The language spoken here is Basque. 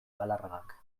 galarragak